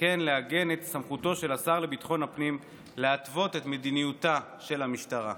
וכן לעגן את סמכותו של השר לביטחון הפנים להתוות את מדיניותה של המשטרה.